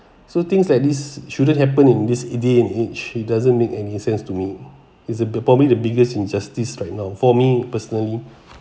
so things like this shouldn't happen in this day and age it doesn't make any sense to me it's the probably the biggest injustice right now for me personally